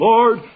Lord